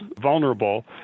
vulnerable